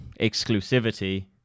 exclusivity